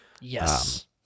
Yes